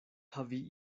havi